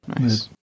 Nice